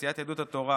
סיעת יהדות התורה,